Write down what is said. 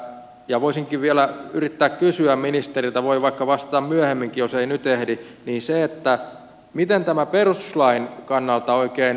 ja voisinkin vielä yrittää kysyä ministeriltä voi vaikka vastata myöhemminkin jos ei nyt ehdi että miten tämä perustuslain kannalta oikein menee